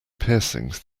piercings